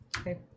Okay